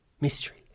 mystery